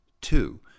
Two